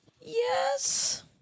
Yes